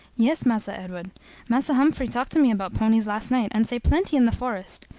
yes, massa edward massa humphrey talk to me about ponies last night, and say plenty in the forest.